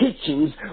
teachings